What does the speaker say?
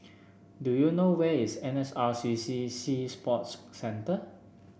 do you know where is N S R C C Sea Sports Centre